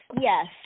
Yes